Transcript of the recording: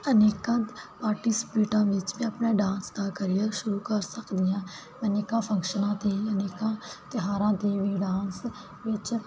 ਅਨੇਕਾਂ ਪਾਰਟੀਸਪੀਟਾ ਵਿੱਚ ਆਪਣਾ ਡਾਂਸ ਦਾ ਕਰੀਅਰ ਸ਼ੁਰੂ ਕਰ ਸਕਦੀ ਆਂ ਮੈਨੇ ਕਾਫੀ ਫੰਕਸ਼ਨਾਂ ਤੇ ਹੀ ਅਨੇਕਾਂ ਤਿਉਹਾਰਾਂ ਦੀ ਡਾਂਸ ਵਿੱਚ